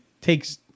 takes